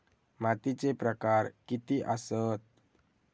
मातीचे प्रकार किती आसत?